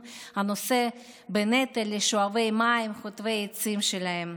הנושא בנטל לשואבי מים וחוטבי עצים שלהם.